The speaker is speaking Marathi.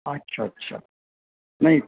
अच्छा अच्छा नाही